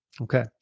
Okay